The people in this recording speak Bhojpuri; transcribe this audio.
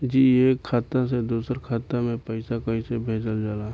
जी एक खाता से दूसर खाता में पैसा कइसे भेजल जाला?